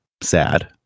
sad